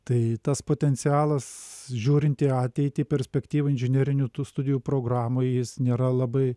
tai tas potencialas žiūrint į ateitį perspektyvą inžinerinių tų studijų programų jis nėra labai